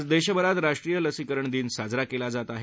आज देशभरात राष्ट्रीय लसीकरण दिन साजरा केला जात आहे